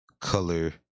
color